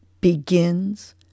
begins